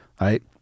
right